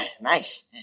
Nice